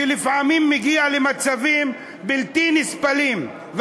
שלפעמים מגיע למצבים בלתי נסבלים.